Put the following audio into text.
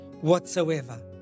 whatsoever